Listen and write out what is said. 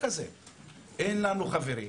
אין לנו חברים,